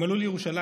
הם עלו לירושלים.